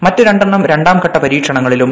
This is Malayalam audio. മറ്റ് രണ്ടെണ്ണം രണ്ടാം ഘട്ട പരീക്ഷണങ്ങളിലും